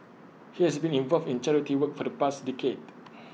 he has been involved in charity work for the past decade